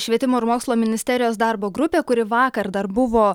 švietimo ir mokslo ministerijos darbo grupė kuri vakar dar buvo